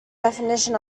definition